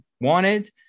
wanted